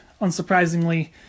unsurprisingly